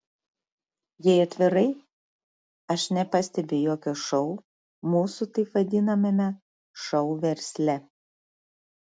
jei atvirai aš nepastebiu jokio šou mūsų taip vadinamame šou versle